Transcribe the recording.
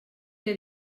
que